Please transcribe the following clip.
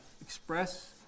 Express